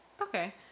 Okay